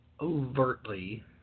overtly